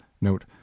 note